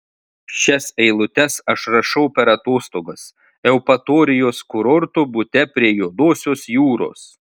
šias eilutes aš rašau per atostogas eupatorijos kurorto bute prie juodosios jūros